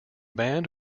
band